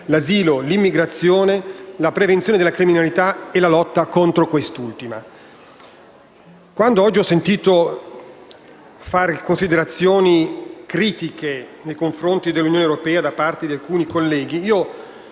l'asilo, l'immigrazione, la prevenzione della criminalità e la lotta contro quest'ultima». Quando oggi ho sentito fare considerazioni critiche nei confronti dell'Unione europea da parte di alcuni colleghi, ho